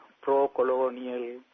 pro-colonial